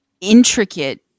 intricate